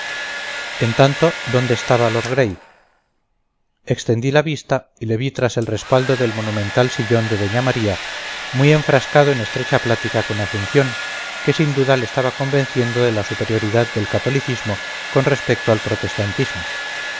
en tanto dónde estaba lord gray extendí la vista y le vi tras el respaldo del monumental sillón de doña maría muy enfrascado en estrecha plática con asunción que sin duda le estaba convenciendo de la superioridad del catolicismo con respecto al protestantismo